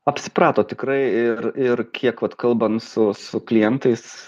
apsiprato tikrai ir ir kiek vat kalbam su su klientais